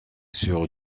sur